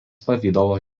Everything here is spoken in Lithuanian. pavidalo